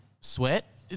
sweat